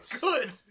Good